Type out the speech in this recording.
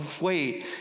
wait